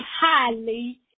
highly